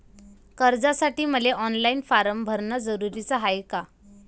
कर्जासाठी मले online form भरन जरुरीच हाय का?